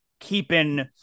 keeping